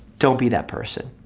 don't be that person.